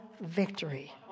victory